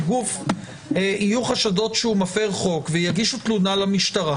אם יהיו חשדות שגוף מפר חוק ויגישו תלונה למשטרה,